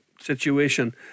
situation